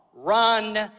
Run